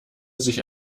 sich